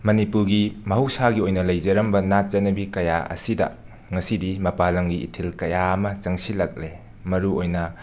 ꯃꯅꯤꯄꯨꯔꯒꯤ ꯃꯍꯧꯁꯥꯒꯤ ꯑꯣꯏꯅ ꯂꯩꯖꯔꯝꯕ ꯅꯥꯠ ꯆꯠꯅꯕꯤ ꯀꯌꯥ ꯑꯁꯤꯗ ꯉꯁꯤꯗꯤ ꯃꯄꯥꯟ ꯂꯝꯒꯤ ꯏꯊꯤꯜ ꯀꯌꯥ ꯑꯃ ꯆꯪꯁꯤꯜꯂꯛꯂꯦ ꯃꯔꯨꯑꯣꯏꯅ